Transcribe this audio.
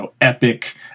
epic